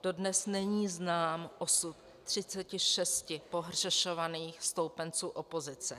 Dodnes není znám osud 36 pohřešovaných stoupenců opozice.